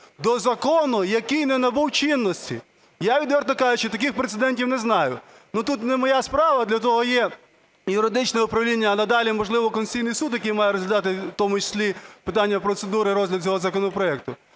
до закону, який не набув чинності. Я, відверто кажучи, таких прецедентів не знаю. Тут не моя справа, для того є юридичне управління а надалі, можливо, Конституційний Суд, який має розглядати в тому числі питання процедури розгляду цього законопроекту.